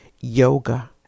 yoga